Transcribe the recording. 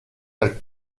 del